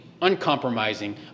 uncompromising